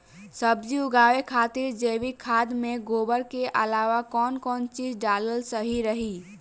सब्जी उगावे खातिर जैविक खाद मे गोबर के अलाव कौन कौन चीज़ डालल सही रही?